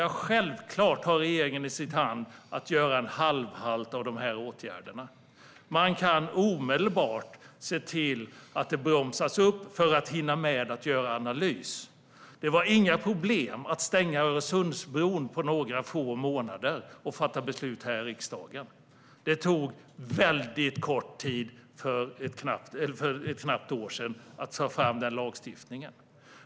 Ja, självklart har regeringen i sin hand att göra halvhalt i fråga om dessa åtgärder. Man kan omedelbart se till att det bromsas upp för att hinna med att göra en analys. Det var inga problem att på några få månader stänga Öresundsbron och fatta beslut här i riksdagen. Det tog väldigt kort tid, för ett knappt år sedan, att ta fram den lagstiftningen.